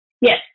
Yes